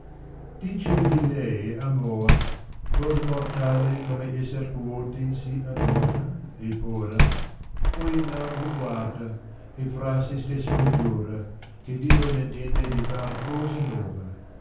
di lei amor cosa mortale come esser puote sì adorna e pura poi la riguarda e fra sé stesso giura che dio n entende di far cosa nora